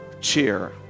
cheer